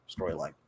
storyline